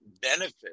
benefit